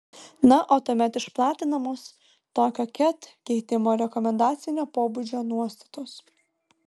na o tuomet išplatinamos tokio ket keitimo rekomendacinio pobūdžio nuostatos